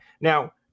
Now